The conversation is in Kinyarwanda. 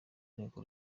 nteko